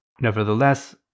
Nevertheless